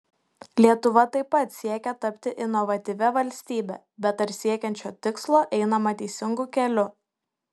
lietuva taip pat siekia tapti inovatyvia valstybe bet ar siekiant šio tikslo einama teisingu keliu